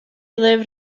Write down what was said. lyfr